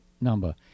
number